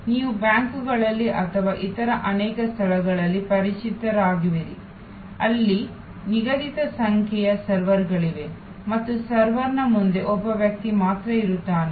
ನೀವು ಬ್ಯಾಂಕುಗಳಲ್ಲಿ ಅಥವಾ ಇತರ ಅನೇಕ ಸ್ಥಳಗಳಲ್ಲಿ ಪರಿಚಿತರಾಗಿರುವಿರಿ ಅಲ್ಲಿ ನಿಗದಿತ ಸಂಖ್ಯೆಯ ಸರ್ವರ್ಗಳಿವೆ ಮತ್ತು ಸರ್ವರ್ನ ಮುಂದೆ ಒಬ್ಬ ವ್ಯಕ್ತಿ ಮಾತ್ರ ಇರುತ್ತಾನೆ